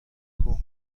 کوه